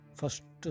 first